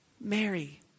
Mary